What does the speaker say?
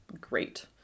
great